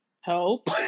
Help